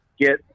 get